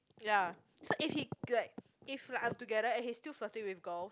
ya so if he like if we are together and he's still flirting with girls